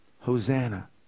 Hosanna